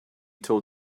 told